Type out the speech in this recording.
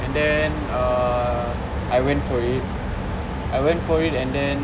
and then uh I went for it I went for it and then